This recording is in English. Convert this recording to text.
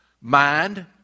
Mind